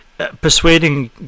persuading